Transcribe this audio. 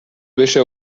بشه